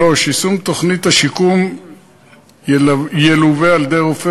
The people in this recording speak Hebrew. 3. יישום תוכנית השיקום ילווה על-ידי רופא